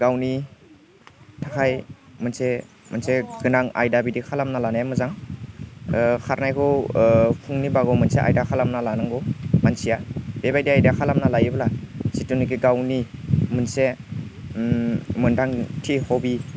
गावनि थाखाय मोनसे गोनां आयदा बिदि खालामना लानाया मोजां खारनायखौ फुंनि भागाव मोनसे आयदा खालामना लानांगौ मानसिया बेबायदि आयदा खालामना लायोब्ला जितुनिकि गावनि मोनसे मोन्दांथि हबि